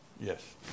Yes